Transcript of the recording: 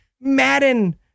Madden